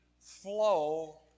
flow